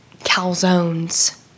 calzones